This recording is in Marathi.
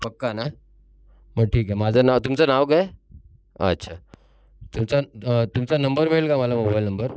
पक्का ना मग ठीक आहे माझं नाव तुमचं नाव काय अच्छा तुमचा तुमचा नंबर मिळेल का मला मोबाईल नंबर